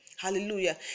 Hallelujah